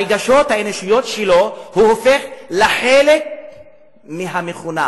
הרגשות האנושיים שלו הופכים לחלק מהמכונה.